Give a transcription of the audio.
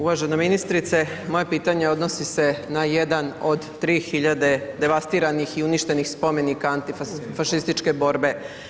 Uvažena ministrice, moje pitanje odnosi se na jedan od 3 hiljade devastiranih i uništenih spomenika antifašističke borbe.